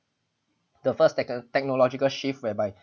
the first techen~ technological shift whereby